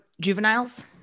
juveniles